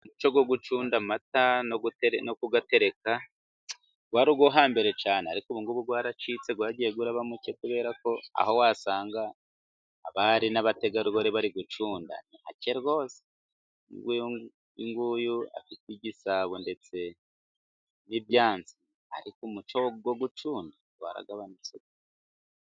Umuco wo gucunda amata no kuyatereka wari uwo hambere cyane, ariko ubungubu waracitse, wagiye uba muke, kubera ko aho wasanga abari n'abategarugori bari gucunda, ni hake rwose! uyu nguyu afite igisabo ndetse n'ibyansi, ariko umuco wo gucunda waragabanutse.